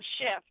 shift